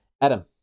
Adam